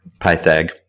Pythag